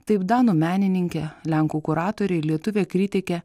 taip danų menininkę lenkų kuratoriai lietuvė kritikė